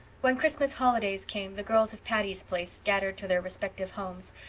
when christmas holidays came the girls of patty's place scattered to their respective homes,